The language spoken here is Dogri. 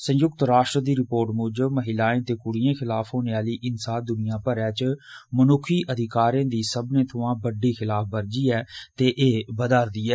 संयुक्त राश्ट्र दी रिपोर्ट मूजब महिलाएं ते कुड़िएं खलाफ होने आली हिंसा दुनिया भरै च मनुक्ख अधिकारें दी सब्बने थमां बढ़डी खलाफवर्जी ऐ ते एह् बघा'रदी ऐ